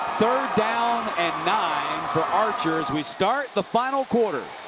third down and nine for archer. as we start the final quarter.